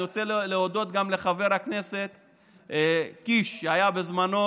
אני רוצה להודות גם לחבר הכנסת קיש, שהיה בזמנו